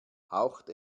haucht